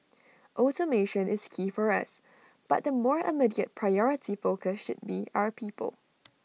automation is key for us but the more immediate priority focus should be our people